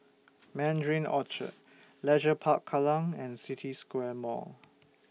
Mandarin Orchard Leisure Park Kallang and City Square Mall